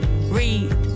read